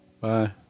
Bye